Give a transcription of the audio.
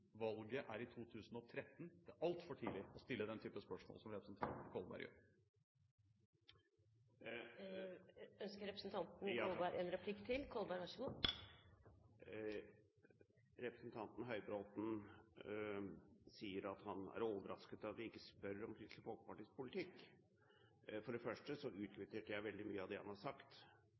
Valget er i 2013. Det er altfor tidlig å stille den type spørsmål som representanten Kolberg gjør. Representanten Høybråten sier at han er overrasket over at jeg ikke spør om Kristelig Folkepartis politikk. For det første utkvitterte jeg veldig mye av det han